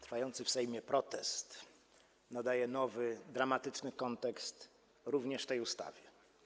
Trwający w Sejmie protest nadaje nowy, dramatyczny kontekst również tej ustawie.